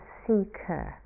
seeker